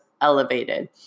elevated